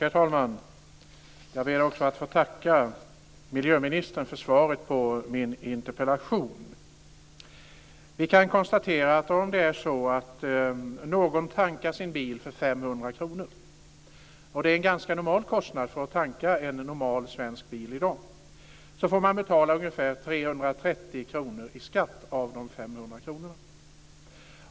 Herr talman! Jag ber också att få tacka miljöministern för svaret på min interpellation. Vi kan konstatera att om man tankar sin bil för 500 kr, vilket är en ganska normal kostnad för att tanka en normal svensk bil i dag, får man av dessa 500 kr betala ungefär 330 kr i skatt.